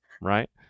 right